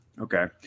Okay